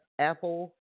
Apple